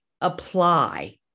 apply